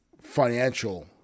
financial